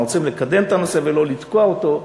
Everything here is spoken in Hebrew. אנחנו רוצים לקדם את הנושא ולא לתקוע אותו,